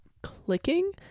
clicking